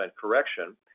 correction